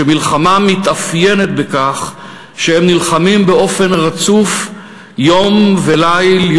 שמלחמה מתאפיינת בכך שהם נלחמים באופן רצוף יום וליל,